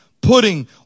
Putting